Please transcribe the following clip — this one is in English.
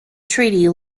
treaty